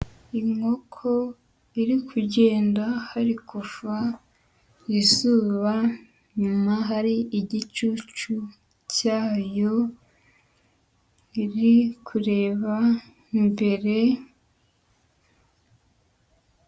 Inkoko iri kugenda hari kuva izuba inyuma, hari igicucu cyayo iri kureba imbere,